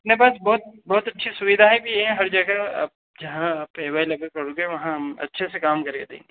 नहीं बस बहुत बहुत अच्छी सुविधाएँ भी हैं हर जगह आप जहाँ पे अवेलेबल करोगे वहाँ हम अच्छे से काम करके देंगे